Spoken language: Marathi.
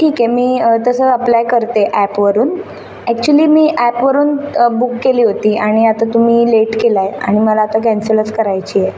ठीक आहे मी तसं अप्लाय करते ॲपवरून ॲक्च्युली मी ॲपवरून बुक केली होती आणि आता तुम्ही लेट केला आहे आणि मला आता कॅन्सलच करायची आहे